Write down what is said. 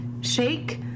shake